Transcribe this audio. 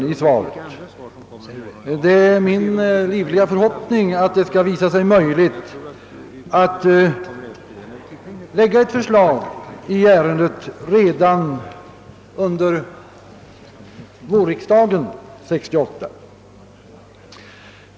Det är min livliga förhoppning att det skall visa sig möjligt att framlägga förslag redan under vårriksdagen 1968.